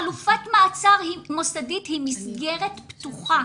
חלופת מעצר מוסדית היא מסגרת פתוחה,